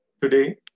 Today